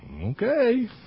okay